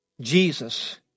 Jesus